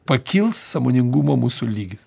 pakils sąmoningumo mūsų lygis